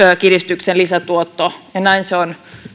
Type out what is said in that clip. kiristyksen lisätuotto ja näin se on